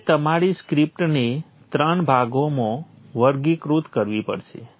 તમારે તમારી સ્ક્રિપ્ટને 3 ભાગોમાં વર્ગીકૃત કરવી પડશે